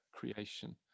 creation